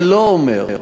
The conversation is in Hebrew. זה לא אומר,